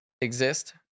exist